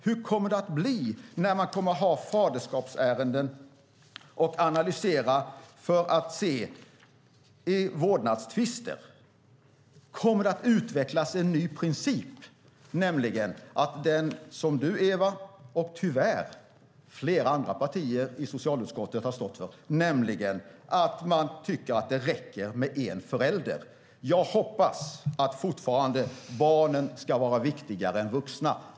Hur kommer det att bli i faderskapsärenden och i vårdnadstvister? Kommer det att utvecklas en ny princip, nämligen det som du, Eva, och tyvärr flera andra partier i socialutskottet har stått för, att det räcker med en förälder? Jag hoppas fortfarande att barnen ska vara viktigare än vuxna.